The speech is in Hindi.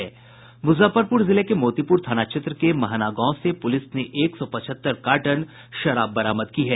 मुजफ्फरपुर जिले के मोतीपुर थाना क्षेत्र के महना गांव से पुलिस ने एक सौ पचहत्तर कार्टन विदेशी शराब बरामद की है